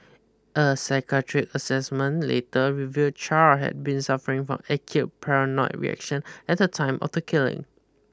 a psychiatric assessment later revealed Char had been suffering from acute paranoid reaction at the time of the killing